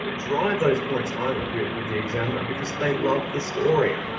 ah drive those points home with the examiner because they love the story,